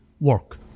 work